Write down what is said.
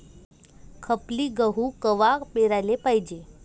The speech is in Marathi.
खपली गहू कवा पेराले पायजे?